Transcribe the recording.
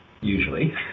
usually